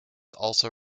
also